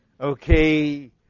Okay